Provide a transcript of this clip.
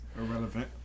Irrelevant